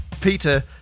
Peter